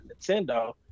Nintendo